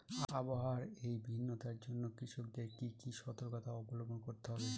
আবহাওয়ার এই ভিন্নতার জন্য কৃষকদের কি কি সর্তকতা অবলম্বন করতে হবে?